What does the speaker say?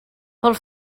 pel